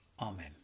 Amen